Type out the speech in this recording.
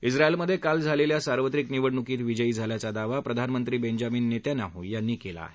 ा झाएलमधे काल झालेल्या सार्वत्रिक निवडणुकीत विजयी झाल्याचा दावा प्रधानमंत्री बेंजामिन नेत्यानाहू यांनी केला आहे